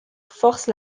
force